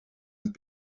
and